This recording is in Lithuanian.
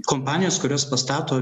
kompanijos kurios pastato